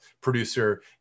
producer